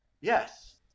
Yes